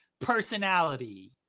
personality